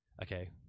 Okay